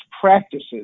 practices